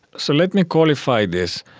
so let me qualify this.